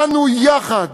אנו, יחד,